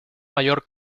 mayor